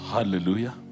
Hallelujah